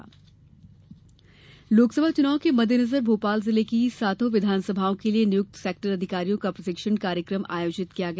show cause notice लोकसभा चुनाव के मददेनजर भोपाल जिले की सातों विधानसभाओं के लिये नियुक्त सेक्टर अधिकारियों का प्रशिक्षण कार्यक्रम आयोजित किया गया